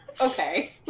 okay